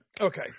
Okay